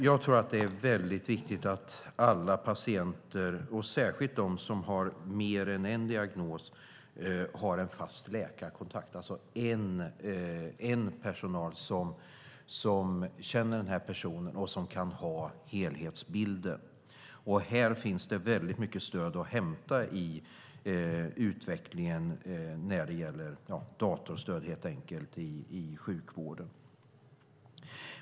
Fru talman! Det är viktigt att alla patienter och särskilt dem som har mer än en diagnos har en fast läkarkontakt, alltså en läkare som känner personen och har helhetsbilden. Här finns det mycket stöd att hämta i utvecklingen av datorstöd i sjukvården.